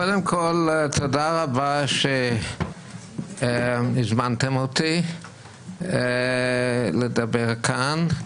קודם כול תודה רבה שהזמנתם אותי לדבר כאן.